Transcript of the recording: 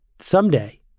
Someday